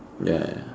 ya